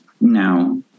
now